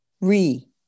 Re